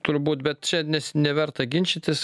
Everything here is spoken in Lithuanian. turbūt bet čia nes neverta ginčytis